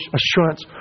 assurance